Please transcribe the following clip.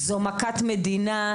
זו מכת מדינה,